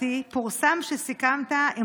פורסם שסיכמת עם